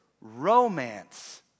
romance